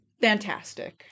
fantastic